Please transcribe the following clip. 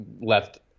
left